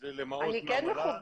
אלון בן נעים מהעיר פז,